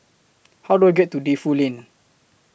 How Do I get to Defu Lane